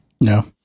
No